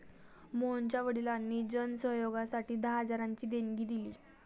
मोहनच्या वडिलांनी जन सहयोगासाठी दहा हजारांची देणगी दिली